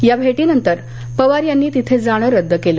या भेटीनंतर पवार यांनी तिथं जाणं रद्द केलं